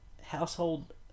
Household